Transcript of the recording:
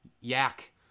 yak